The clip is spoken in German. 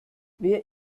wer